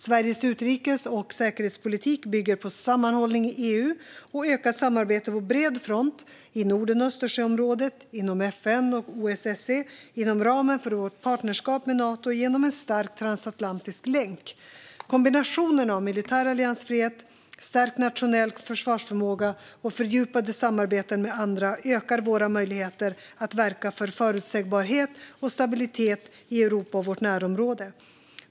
Sveriges utrikes och säkerhetspolitik bygger på sammanhållning i EU och ökat samarbete på bred front - i Norden och Östersjöområdet, inom FN och OSSE, inom ramen för vårt partnerskap med Nato och genom en stark transatlantisk länk. Kombinationen av militär alliansfrihet, stärkt nationell försvarsförmåga och fördjupade samarbeten med andra ökar våra möjligheter att verka för förutsägbarhet och stabilitet i Europa och i vårt närområde.